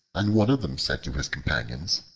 and one of them said to his companions,